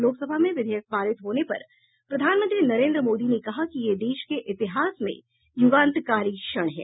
लोकसभा में विधेयक पारित होने पर प्रधानमंत्री नरेन्द्र मोदी ने कहा कि यह देश के इतिहास में यूगांतकारी क्षण है